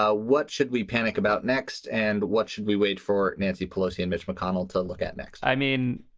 ah what should we panic about next? and what should we wait for nancy pelosi and mitch mcconnell to look at next? i mean,